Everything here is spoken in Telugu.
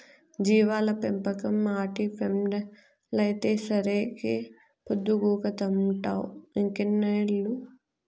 జీవాల పెంపకం, ఆటి పెండలైతేసరికే పొద్దుగూకతంటావ్ ఇంకెన్నేళ్ళు